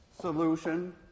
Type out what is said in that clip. solution